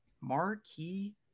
marquee